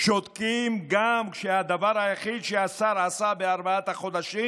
שותקים גם כשהדבר היחיד שהשר עשה בארבעת החודשים